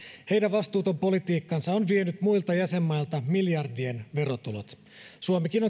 heidän vastuuton politiikkansa on vienyt muilta jäsenmailta miljardien verotulot suomikin